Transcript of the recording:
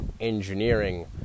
engineering